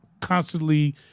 constantly